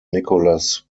nicolas